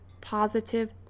positive